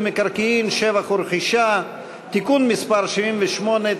מקרקעין (שבח ורכישה) (תיקון מס' 78),